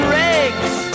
rags